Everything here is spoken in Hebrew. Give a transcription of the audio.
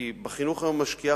כי בחינוך היום משקיעה,